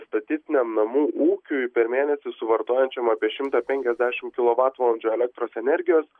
statistiniam namų ūkiui per mėnesį suvartojančiam apie šimtą penkiasdešim kilovatvalandžių elektros energijos